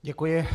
Děkuji.